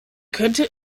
könnte